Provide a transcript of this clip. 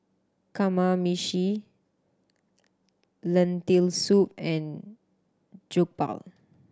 Kamameshi Lentil Soup and Jokbal